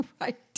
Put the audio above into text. right